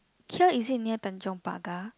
here is it near tanjong-pagar